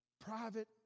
private